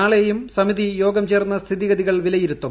നാളെയും സമിതിയോഗം ചേർന്ന് സ്ഥിതിഗതികൾ വിലയിരുത്തും